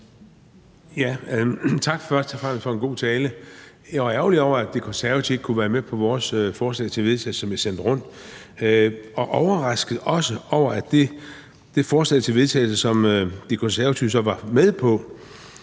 Tak først og fremmest for en god tale. Jeg var ærgerlig over, at De Konservative ikke kunne være med på vores forslag til vedtagelse, som jeg sendte rundt, og også overrasket over det forslag til vedtagelse, som De Konservative så var med på,